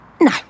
no